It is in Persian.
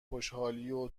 خوشحالیو